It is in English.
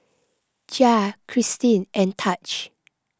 Jair Christin and Taj